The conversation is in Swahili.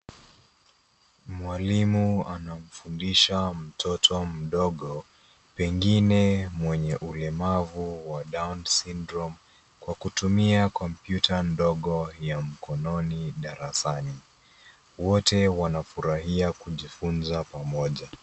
Mwalimu anamfundisha mtoto mdogo, pengine mwenye ulemavu wa down syndrome , kwa kutumia kompyuta ndogo ya mkononi darasani. Wote wanafurahia kujifunza pamoja.